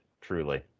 truly